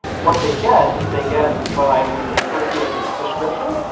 what they get is they get what i would refer to as a prescription.